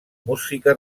música